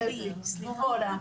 שלום לכולם.